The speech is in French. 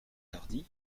tardy